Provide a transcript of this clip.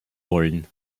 wollen